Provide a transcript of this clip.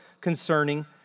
concerning